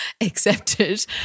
accepted